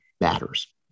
matters